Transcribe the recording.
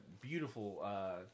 beautiful